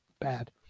bad